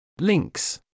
Links